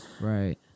Right